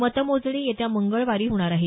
मतमोजणी येत्या मंगळवारी होणार आहे